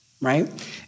right